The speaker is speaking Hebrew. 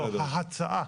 לא, ההצעה.